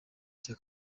cya